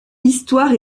histoire